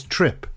Trip